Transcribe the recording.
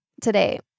today